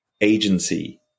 agency